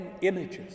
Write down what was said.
images